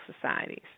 societies